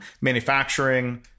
manufacturing